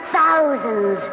thousands